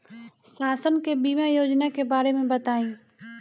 शासन के बीमा योजना के बारे में बताईं?